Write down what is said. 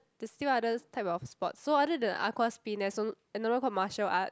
there's still others type of sports so other than aqua spin there's also another kind of martial arts